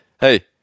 hey